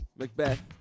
Macbeth